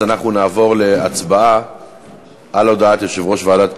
אז אנחנו נעבור להצבעה על הודעת יושב-ראש ועדת הכנסת.